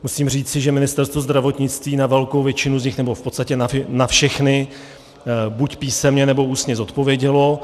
Musím říci, že Ministerstvo zdravotnictví na velkou většinu z nich, nebo v podstatě na všechny buď písemně, nebo ústně odpovědělo.